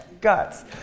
guts